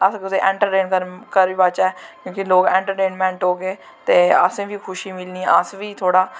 अस कुतै इंट्रटेनमैंट करी पाच्चै क्योंकि लोग इंट्रटेनमैंट होंगे ते असें बी खुशी मिलनी अस बी थोह्ड़ा